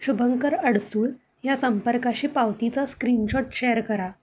शुभंकर अडसूळ या संपर्काशी पावतीचा स्क्रीनशॉट शेअर करा